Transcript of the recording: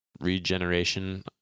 regeneration